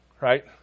right